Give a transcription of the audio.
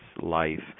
life